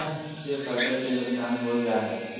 बाढ़ से फसल के नुकसान हो जा हइ